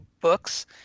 books